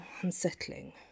unsettling